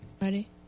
Ready